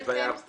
גם